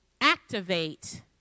activate